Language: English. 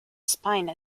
spine